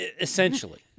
Essentially